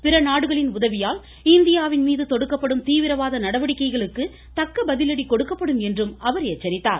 பிற நாடுகளின் உதவியால் இந்தியாவின் மீது தொடுக்கப்படும் தீவிரவாத நடவடிக்கைகளுக்கு தக்க பதிலடி கொடுக்கப்படும் என்றும் அவர் எச்சரித்தார்